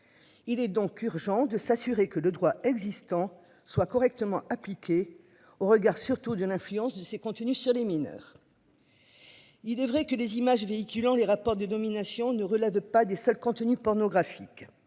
Il est donc urgent de s'assurer que de droit existant soit correctement appliquée au regard surtout du hein. C'est c'est continue sur les mineurs. Il est vrai que les images véhiculant les rapports de domination ne relève de. Pas des seuls contenus pornographiques.